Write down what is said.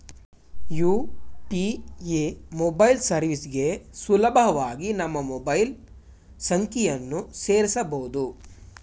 UPA mobile ಸರ್ವಿಸ್ಗೆ ಸುಲಭವಾಗಿ ನಮ್ಮ ಮೊಬೈಲ್ ಸಂಖ್ಯೆಯನ್ನು ಸೇರಸಬೊದು